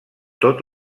tot